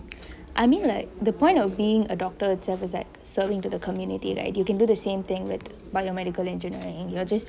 I mean like the point of being a doctor itself is that serving to the community right you can do the same thing with biomedical engineering you're just